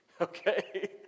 okay